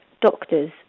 doctors